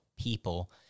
people